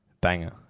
Banger